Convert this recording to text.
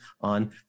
on